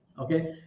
Okay